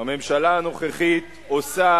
עושה